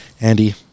Andy